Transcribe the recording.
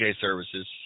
services